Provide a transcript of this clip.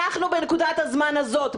אנחנו בנקודת הזמן הזאת,